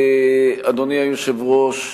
אדוני היושב-ראש,